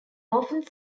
often